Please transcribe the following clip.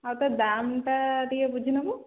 ଆଉ ତା ଦାମ୍ଟା ଟିକିଏ ବୁଝିନେବୁ